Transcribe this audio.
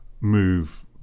move